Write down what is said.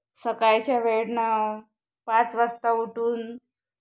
सकाळच्या वेळी ना पाच वाजता उठून